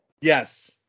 Yes